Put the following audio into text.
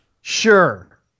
Sure